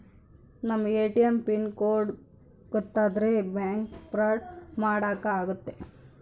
ನಮ್ ATM pin code ಗೊತ್ತಾದ್ರೆ bank fraud ಮಾಡಾಕ ಆಗುತ್ತೆ